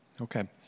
okay